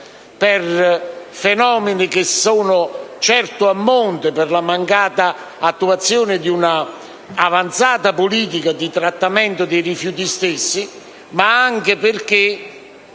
per fenomeni che sono certo a monte e per la mancata attuazione di un'avanzata politica di trattamento di rifiuti stessi, ma anche perché